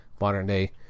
modern-day